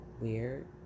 weird